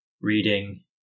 reading